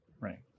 Right